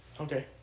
Okay